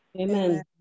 Amen